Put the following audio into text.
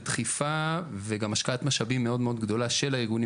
דחיפה וגם השקעת משאבים מאוד מאוד גדולה של הארגונים